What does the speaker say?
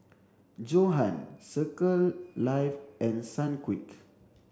Johan Circle Life and Sunquick